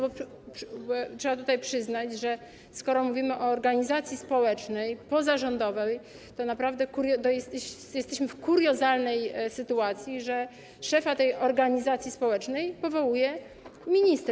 Bo trzeba przyznać, że skoro mówimy o organizacji społecznej, pozarządowej, to naprawdę jesteśmy w kuriozalnej sytuacji, że szefa tej organizacji społecznej powołuje minister.